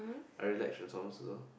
I really like Transformers also